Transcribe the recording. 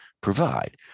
provide